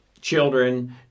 children